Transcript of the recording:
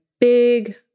big